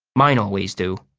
mine always do.